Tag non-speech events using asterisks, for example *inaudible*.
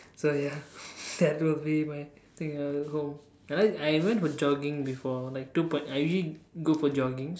so ya *laughs* that would be my thing I would home I like I went for jogging before like two point I usually go for joggings